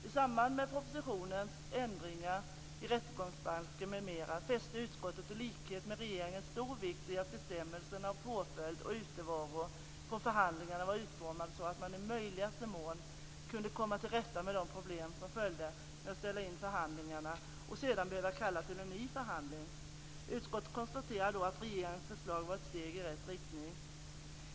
I samband med propositionen Ändringar i rättegångsbalken m.m. fäste utskottet i likhet med regeringen stor vikt vid att bestämmelserna om påföljd för utevaro från förhandling var utformade så att man i möjligaste mån kunde komma till rätta med de problem som följde med att ställa in förhandlingar och sedan behöva kalla till en ny förhandling. Utskottet konstaterade då att regeringens förslag var ett steg i rätt riktning.